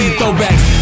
throwbacks